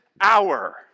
hour